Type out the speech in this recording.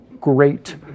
great